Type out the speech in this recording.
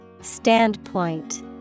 Standpoint